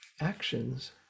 actions